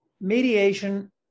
Mediation